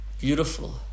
beautiful